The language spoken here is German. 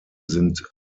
sind